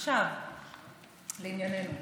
עכשיו לענייננו.